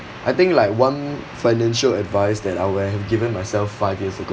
I think like one financial advice that I would have given myself five years ago